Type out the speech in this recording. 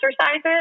exercises